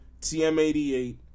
TM88